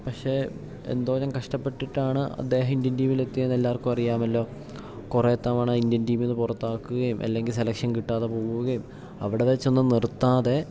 പക്ഷേ എന്തോരം കഷ്ടപ്പെട്ടിട്ടാണ് അദ്ദേഹം ഇന്ത്യൻ ടീമിലെത്തിയത് എല്ലാവർക്കും അറിയാമല്ലോ കുറേ തവണ ഇന്ത്യൻ ടീമിൽ നിന്ന് പുറത്താക്കുകയും അല്ലെങ്കിൽ സെലഷൻ കിട്ടാതെ പോവുകയും അവിടെ വച്ചു ഒന്ന് നിർത്താതെ